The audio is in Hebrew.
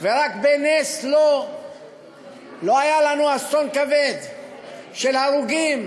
ורק בנס לא היה לנו אסון כבד של הרוגים